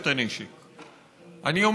או לא